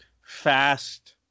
fast